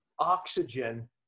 oxygen